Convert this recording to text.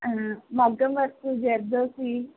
మగ్గం వర్క్ జర్దోసి